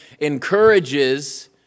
encourages